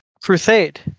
crusade